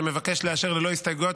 שמבקש לאשר ללא הסתייגויות,